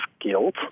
guilt